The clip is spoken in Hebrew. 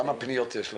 כמה פניות יש לכם?